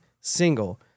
single